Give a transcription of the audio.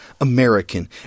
American